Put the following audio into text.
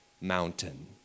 mountain